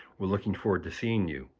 we're looking forward to seeing you.